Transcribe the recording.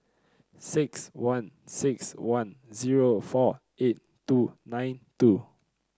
six one six one zero four eight two nine two